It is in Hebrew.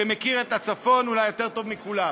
שמכיר את הצפון אולי יותר טוב מכולם,